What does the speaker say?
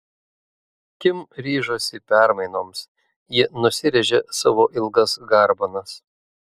kim ryžosi permainoms ji nusirėžė savo ilgas garbanas